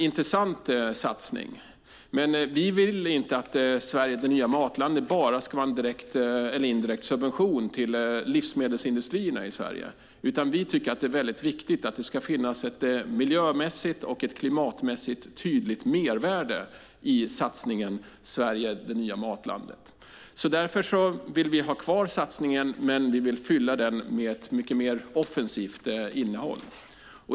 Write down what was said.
Men vi vill inte att Sverige - det nya matlandet bara ska vara en direkt eller indirekt subvention till livsmedelsindustrierna i Sverige, utan vi tycker att det är viktigt att det ska finnas ett miljömässigt och klimatmässigt tydligt mervärde i den satsningen. Vi vill ha kvar satsningen, men vi vill fylla den med ett mycket mer offensivt innehåll.